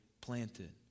planted